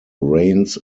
rains